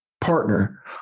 partner